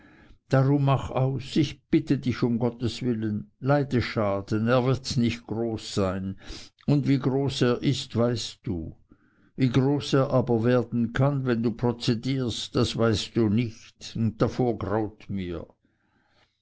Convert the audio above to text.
darum mach aus ich bitte dich um gottswillen leide schaden er wird nicht groß sein und wie groß er ist weißt du wie groß er aber werden kann wenn du prozedierst das weißt du nicht und davor graut mir